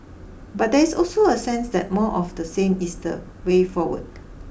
but there is also a sense that more of the same is the way forward